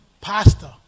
pastor